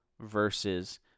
versus